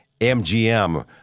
MGM